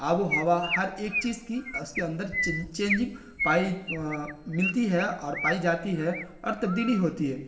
آب و ہوا ہر ایک چیز کی اس کے اندر چینجنگ پائی ملتی ہے اور پائی جاتی ہے اور تبدیلی ہوتی ہے